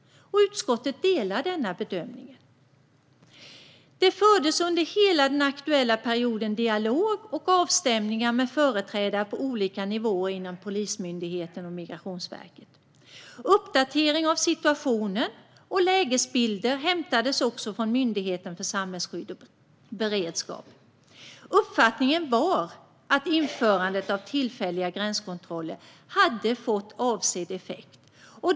Utskottet delar denna bedömning. Det fördes under hela den aktuella perioden dialog och avstämningar med företrädare på olika nivåer inom Polismyndigheten och Migrationsverket. Uppdatering av situationen och lägesbilder hämtades också från Myndigheten för samhällsskydd och beredskap. Uppfattningen var att införandet av tillfälliga gränskontroller hade fått avsedd effekt.